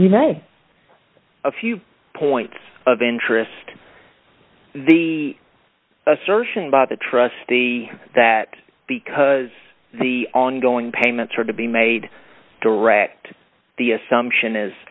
rebuttal a few points of interest the assertion by the trustee that because the ongoing payments are to be made direct the assumption is